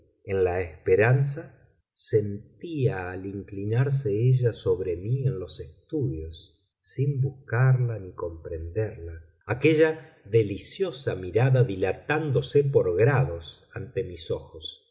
en la esperanza sentía al inclinarse ella sobre mí en los estudios sin buscarla ni comprenderla aquella deliciosa mirada dilatándose por grados ante mis ojos